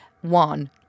one